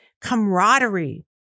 camaraderie